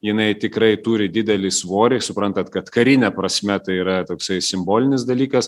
jinai tikrai turi didelį svorį suprantat kad karine prasme tai yra toksai simbolinis dalykas